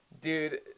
Dude